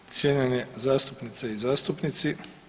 Cijenjene zastupnice i zastupnici.